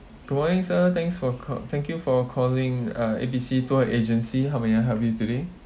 good morning sir thanks for cal~ thank you for calling uh A B C tour agency how may I help you today